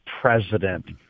president